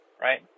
right